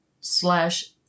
slash